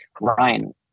Ryan